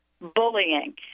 Bullying